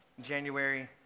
January